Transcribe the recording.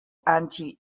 anti